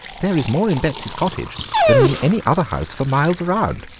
there is more in betsy's cottage than in any other house for miles round.